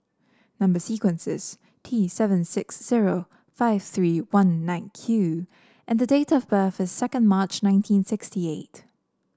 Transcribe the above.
number sequence is T seven six zero five three one nine Q and date of birth is second March nineteen sixty eight